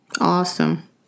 Awesome